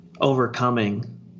overcoming